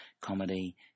comedy